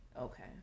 Okay